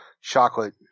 chocolate